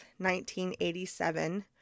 1987